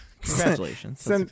Congratulations